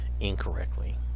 incorrectly